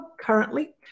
currently